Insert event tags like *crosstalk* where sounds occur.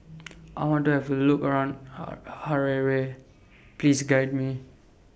I want to Have A Look around *unintelligible* Harare Please Guide Me